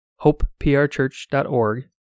hopeprchurch.org